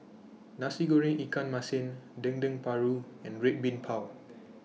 Nasi Goreng Ikan Masin Dendeng Paru and Red Bean Bao